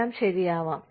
എല്ലാം ശരി ആവാം